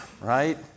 right